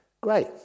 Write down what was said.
Great